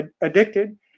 addicted